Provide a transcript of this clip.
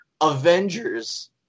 Avengers